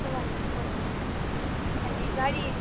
ꯀꯃꯥꯏꯅ ꯇꯧꯒꯅꯤ ꯍꯥꯏꯗꯤ ꯒꯥꯔꯤ